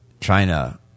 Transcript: China